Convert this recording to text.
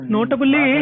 Notably